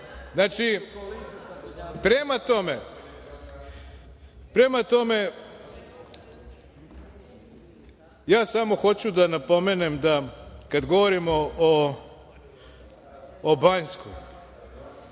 ostalo. Prema tome, ja samo hoću da napomenem da kada govorimo o Banjskoj,